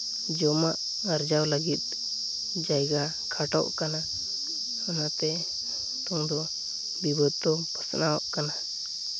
ᱡᱚᱢᱟᱜ ᱟᱨᱡᱟᱣ ᱞᱟᱹᱜᱤᱫ ᱡᱟᱭᱜᱟ ᱠᱷᱟᱴᱚᱜ ᱠᱟᱱᱟ ᱚᱱᱟᱛᱮ ᱱᱤᱛᱚᱜ ᱫᱚ ᱵᱤᱵᱟᱹᱫ ᱫᱚ ᱯᱟᱥᱱᱟᱣᱚᱜ ᱠᱟᱱᱟ